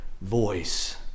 voice